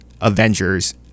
Avengers